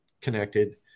connected